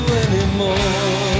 anymore